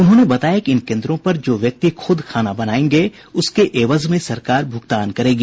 उन्होंने बताया कि इन केन्द्रों पर जो व्यक्ति खुद खाना बनायेंगे उसके एवज में सरकार भुगतान करेगी